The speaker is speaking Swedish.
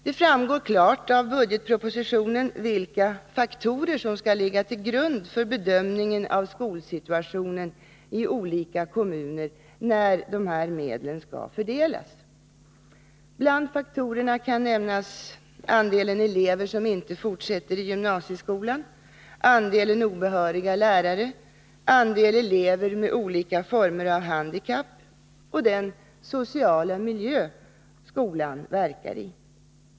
Det framgår klart av budgetpropositionen vilka faktorer som skall ligga till grund för bedömningen av skolsituationen i olika kommuner när de här medlen skall fördelas. Bland faktorerna kan nämnas andelen elever som inte fortsätter i gymnasieskolan, andelen obehöriga lärare, andelen elever med olika former av handikapp och den sociala miljö skolan verkar i.